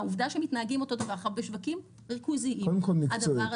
העובדה שמתנהגים אותו דבר בשווקים ריכוזיים --- קודם כל מקצועית,